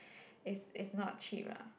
it's it's not cheap lah